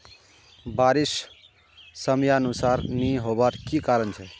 बारिश समयानुसार नी होबार की कारण छे?